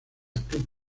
club